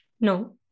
No